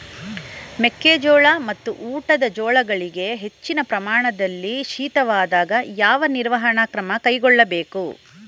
ಮೆಕ್ಕೆ ಜೋಳ ಮತ್ತು ಊಟದ ಜೋಳಗಳಿಗೆ ಹೆಚ್ಚಿನ ಪ್ರಮಾಣದಲ್ಲಿ ಶೀತವಾದಾಗ, ಯಾವ ನಿರ್ವಹಣಾ ಕ್ರಮ ಕೈಗೊಳ್ಳಬೇಕು?